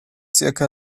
zirka